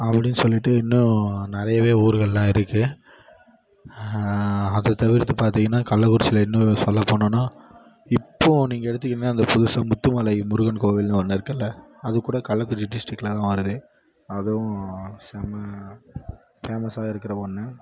அப்படினு சொல்லிட்டு இன்னும் நிறையவே ஊர்கள்லாம் இருக்குது அதைத் தவிர்த்து பார்த்திங்கனா கள்ளக்குறிச்சியில் இன்னும் சொல்லப் போனோனால் இப்போது நீங்கள் எடுத்துக்கீங்கனா அந்த புதுசாக முத்துமலை முருகன் கோவில்னு ஒன்று இருக்கில்ல அது கூட அது கூட கள்ளக்குறிச்சி டிஸ்ட்ரிக்கில் தான் வருது அதுவும் செம்ம பேமஸாக இருக்கிற ஒன்று